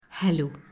Hello